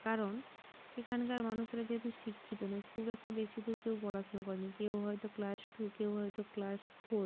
কারণ এখানকার মানুষরা যেহেতু শিক্ষিত নয় খুব একটা বেশি দূর কেউ পড়াশুনো করে নি কেউ হয়তো ক্লাস টু কেউ হয়তো ক্লাস ফোর